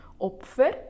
Opfer